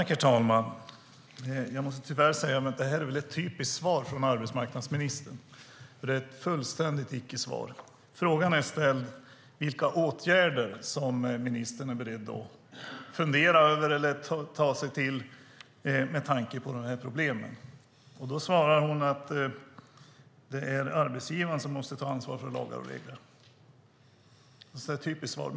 Herr talman! Jag måste tyvärr säga att det här är ett typiskt svar från arbetsmarknadsministern. Det är ett fullständigt icke-svar. Frågan som är ställd är vilka åtgärder ministern är beredd att fundera över eller vidta med tanke på problemen. Då svarar hon att det är arbetsgivaren som måste ta ansvar för lagar och regler. Det är ett typiskt svar.